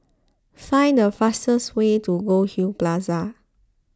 find the fastest way to Goldhill Plaza